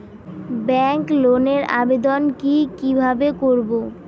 Bank লোনের আবেদন কি কিভাবে করব?